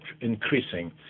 increasing